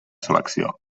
selecció